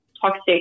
toxic